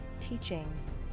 teachings